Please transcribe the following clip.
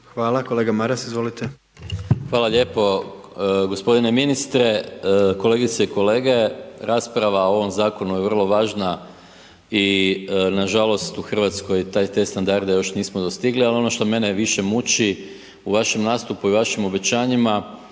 **Maras, Gordan (SDP)** Hvala lijepo. Gospodine ministre, kolegice i kolege, rasprava o ovom Zakonu je vrlo važna i nažalost u RH te standarde još nismo dostigli, al ono što mene više muči, u vašem nastupu i vašim obećanjima,